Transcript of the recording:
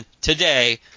today